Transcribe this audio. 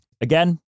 Again